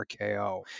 RKO